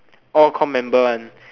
all comm member one